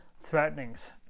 threatenings